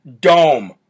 Dome